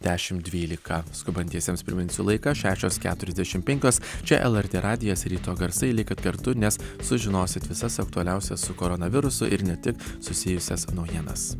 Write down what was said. dešim dvylika skubantiesiems priminsiu laiką šešios keturiasdešim penkios čia lrt radijas ryto garsai likit kartu nes sužinosit visas aktualiausias su koronavirusu ir ne tik susijusias naujienas